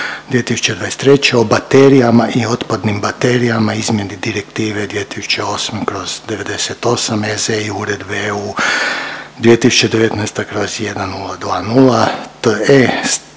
2023. o baterijama i otpadnim baterijama, izmjeni Direktive 2008/98 EZ i Uredbe EU 2019./1020 te